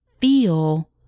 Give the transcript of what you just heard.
feel